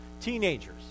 Teenagers